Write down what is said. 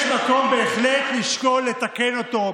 יש מקום בהחלט לשקול לתקן אותו.